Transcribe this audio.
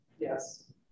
Yes